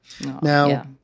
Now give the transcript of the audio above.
Now